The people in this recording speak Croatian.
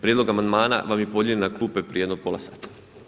Prijedlog amandmana vam je podijeljen na klupe prije jedno pola sata.